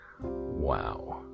Wow